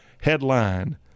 headline